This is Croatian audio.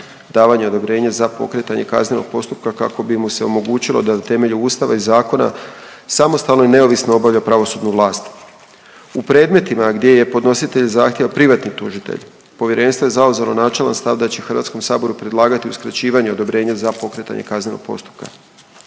davanje odobrenja za pokretanje kaznenog postupka kako bi mu se omogućilo da na temelju Ustava i zakona samostalno i neovisno obavlja pravosudnu vlast. U predmetima gdje je podnositelj zahtjeva privatni tužitelj Povjerenstvo je zauzelo načelan stav da će HS-u predlagati uskraćivanje odobrenja za pokretanje kaznenog postupka.